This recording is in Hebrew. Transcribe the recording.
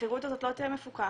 השכירות הזאת לא תהיה מפוקחת,